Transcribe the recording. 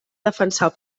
defensar